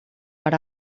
per